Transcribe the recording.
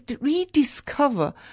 rediscover